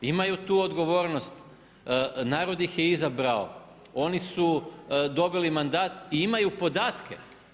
Imaju tu odgovornost, narod ih je izabrao, oni su dobili mandat i imaju podatke.